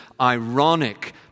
ironic